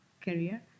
career